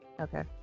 Okay